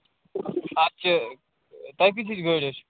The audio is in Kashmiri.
اَتھ چھِ تۄہہِ کِژھ ہِش گٲڑۍ چھِ